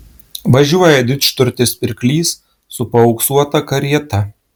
važiuoja didžturtis pirklys su paauksuota karieta